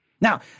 Now